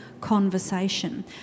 conversation